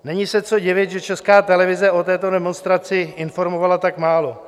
Není se co divit, že Česká televize o této demonstraci informovala tak málo.